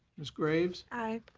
ms. graves. aye.